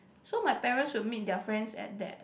so my parents will meet their friends at that